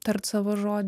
tart savo žodį